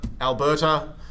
Alberta